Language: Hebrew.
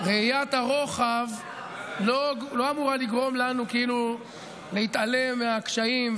ראיית הרוחב לא אמורה לגרום לנו להתעלם מהקשיים,